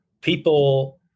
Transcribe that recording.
people